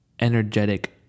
energetic